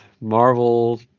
Marvel